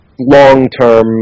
long-term